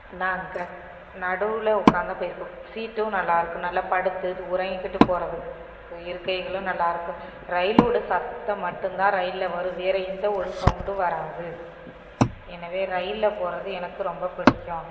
நாங்கள் நடுவில் உட்காந்து தான் போயிருக்கோம் சீட்டும் நல்லாயிருக்கும் நல்லா படுத்து உறங்கிக்கிட்டு போகறதுக்கு இருக்கைகளும் நல்லா இருக்கும் ரயிலோட சத்தம் மட்டுந்தான் ரயிலில் வரும் வேறு எந்த ஒரு சவுண்ட்டும் வராது எனவே ரயிலில் போகறது எனக்கு ரொம்ப பிடிக்கும்